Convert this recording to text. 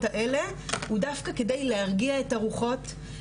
האלה הוא דווקא כדי להרגיע את הרוחות,